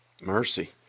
Mercy